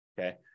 Okay